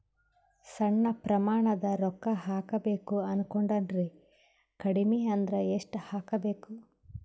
ಸಣ್ಣ ಪ್ರಮಾಣದ ರೊಕ್ಕ ಹಾಕಬೇಕು ಅನಕೊಂಡಿನ್ರಿ ಕಡಿಮಿ ಅಂದ್ರ ಎಷ್ಟ ಹಾಕಬೇಕು?